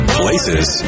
places